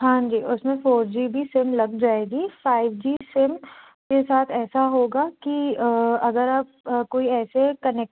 हाँ जी उसमें फोर जी भी सिम लग जाएगी फाइव जी सिम के साथ ऐसा होगा कि अगर आप कोई ऐसे कनेक्ट